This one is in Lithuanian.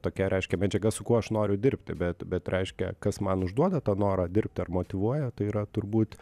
tokia reiškia medžiaga su kuo aš noriu dirbti bet bet reiškia kas man užduoda tą norą dirbti ar motyvuoja tai yra turbūt